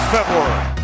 February